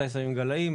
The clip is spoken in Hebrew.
מתי שמים גלאים,